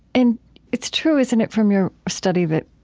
and it's true, isn't it, from your study that,